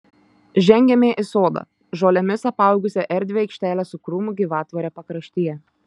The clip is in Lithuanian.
žengėme į sodą žolėmis apaugusią erdvią aikštelę su krūmų gyvatvore pakraštyje